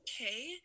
okay